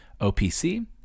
OPC